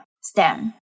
STEM